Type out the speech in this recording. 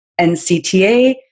NCTA